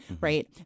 Right